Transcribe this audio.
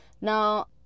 Now